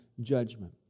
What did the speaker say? judgment